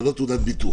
שזה לא תעודת ביטוח.